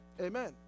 Amen